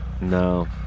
No